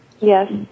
Yes